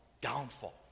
downfall